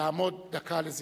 שמעון פרס,